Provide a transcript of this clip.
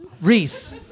Reese